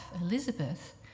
Elizabeth